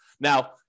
Now